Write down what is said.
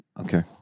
Okay